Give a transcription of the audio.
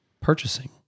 purchasing